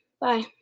Bye